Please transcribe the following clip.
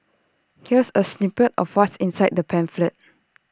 here's A snippet of what's inside the pamphlet